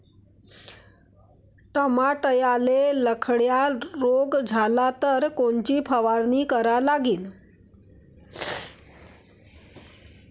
टमाट्याले लखड्या रोग झाला तर कोनची फवारणी करा लागीन?